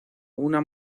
una